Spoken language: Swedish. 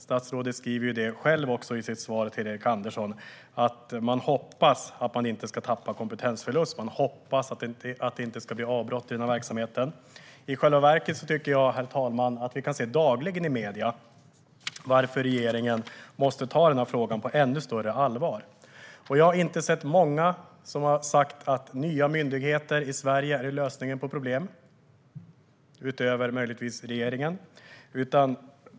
Statsrådet säger själv i sitt svar till Erik Andersson att man hoppas att man inte ska tappa kompetens och hoppas att det inte ska bli avbrott i verksamheten. I själva verket, herr talman, tycker jag att vi dagligen kan se i medierna varför regeringen måste ta den här frågan på ännu större allvar. Jag har inte hört många - utöver möjligtvis regeringen - som har sagt att nya myndigheter i Sverige är lösningen på problem.